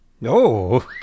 No